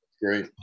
Great